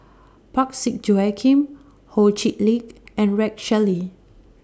Parsick Joaquim Ho Chee Lick and Rex Shelley